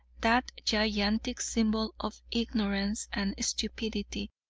that gigantic symbol of ignorance and stupidity,